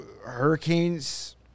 Hurricanes